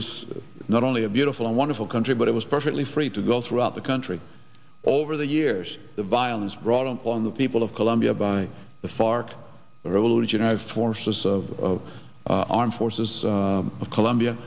was not only a beautiful and wonderful country but it was perfectly free to go throughout the country over the years the violence brought on the people of colombia by the fark revolutionised forces of armed forces of colombia